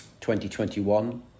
2021